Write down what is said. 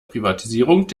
privatisierung